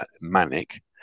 manic